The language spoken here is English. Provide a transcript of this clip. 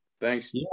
Thanks